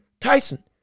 Tyson